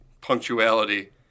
punctuality